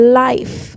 life